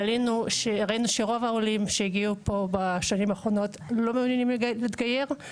וראינו שרוב העולים שהגיעו לפה בשנים האחרונות לא מעוניינים להתגייר.